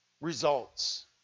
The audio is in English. results